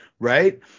Right